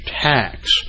tax